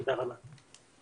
אני מאוד מודה לעורכת הדין,